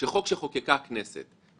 --- אתה מחזק את מה שאנחנו אומרים.